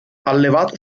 allevato